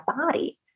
body